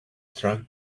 struck